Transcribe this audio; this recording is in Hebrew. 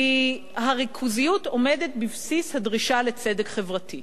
כי הריכוזיות עומדת בבסיס הדרישה לצדק חברתי,